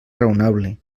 raonable